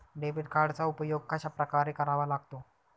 Debit कार्डचा उपयोग कशाप्रकारे करावा लागतो?